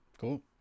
Cool